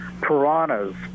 piranhas